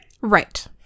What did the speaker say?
Right